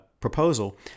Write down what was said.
proposal